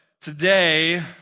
today